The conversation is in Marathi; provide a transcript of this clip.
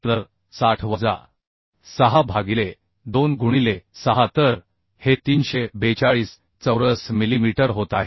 तर 60 वजा 6 भागिले 2 गुणिले 6 तर हे 342 चौरस मिलीमीटर होत आहे